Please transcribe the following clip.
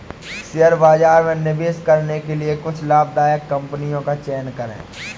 share बाजार में निवेश करने के लिए कुछ लाभदायक कंपनियों का चयन करें